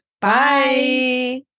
Bye